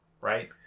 right